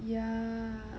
yeah